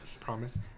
promise